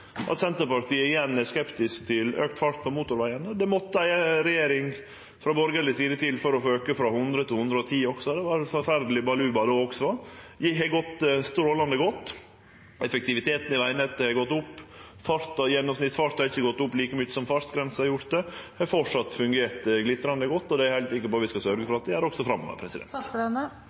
at Senterpartiet igjen er skeptisk til å auke farten på motorvegane. Det måtte ei regjering frå borgarleg side til for å auke frå 100 til 110 km/t også. Det var ein forferdeleg baluba då også. Det har gått strålande godt. Effektiviteten i vegnettet har gått opp. Gjennomsnittsfarten har ikkje gått opp like mykje som fartsgrensa, men det har framleis fungert glitrande godt, og det er eg heilt sikker på at vi skal sørgje for at det gjer også framover.